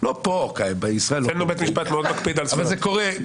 אני לא עסוק בהתנצרות לשם התנצרות.